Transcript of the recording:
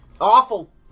awful